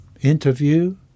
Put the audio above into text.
interview